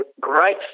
great